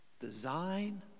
design